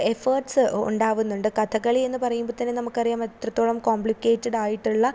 efforts ഉണ്ടാകുന്നുണ്ട് കഥകളിയെന്നു പറയുമ്പം തന്നെ നമുക്കറിയാം എത്രത്തോളം കോമ്പ്ലിക്കേറ്റഡായിട്ടുള്ള